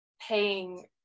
paying